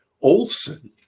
Olson